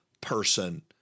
person